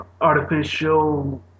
Artificial